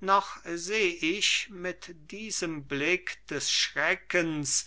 noch seh ich mit diesem blick des schreckens